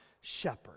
shepherd